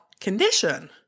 condition